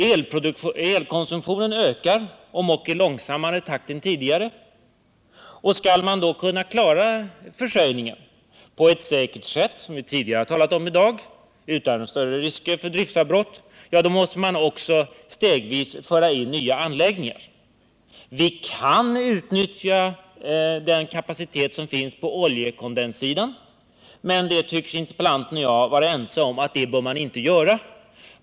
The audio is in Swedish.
Elkonsumtionen ökar, om ock i långsammare takt än tidigare, och skall man då, såsom vi talat om tidigare i dag, kunna klara försörjningen på ett säkert sätt och utan några större risker för driftsavbrott, då måste man också stegvis föra in nya anläggningar. Vi kan utnyttja den kapacitet som finns på oljekondenssidan, men interpellanten och jag tycks vara ense om att man inte bör göra det.